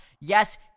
Yes